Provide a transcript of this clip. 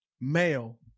male